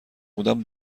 بودم